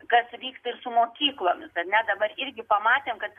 kas vyksta ir su mokyklomis ar ne dabar irgi pamatėme kad